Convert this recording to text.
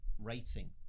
Rating